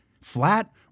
flat